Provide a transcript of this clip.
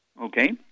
Okay